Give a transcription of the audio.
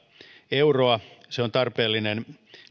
euroa se on tarpeellinen